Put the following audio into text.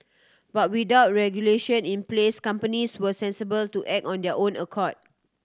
but without regulation in place companies were sensible to act on their own accord